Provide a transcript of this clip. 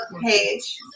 page